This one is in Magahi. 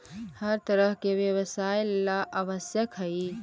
हर तरह के व्यवसाय ला आवश्यक हई